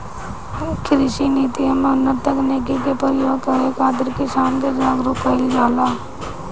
कृषि नीति में उन्नत तकनीकी के प्रयोग करे खातिर किसान के जागरूक कईल जाला